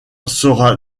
sera